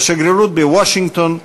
בשגרירות בוושינגטון,